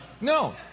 No